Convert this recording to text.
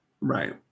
right